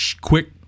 quick